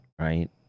right